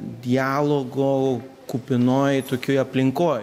dialogo kupinoj tokioj aplinkoj